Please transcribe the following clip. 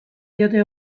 diote